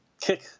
kick